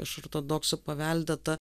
iš ortodoksų paveldėtą